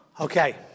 Okay